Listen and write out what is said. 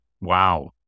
Wow